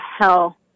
hell